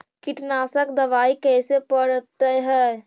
कीटनाशक दबाइ कैसे पड़तै है?